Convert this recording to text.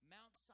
Mount